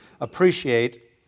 appreciate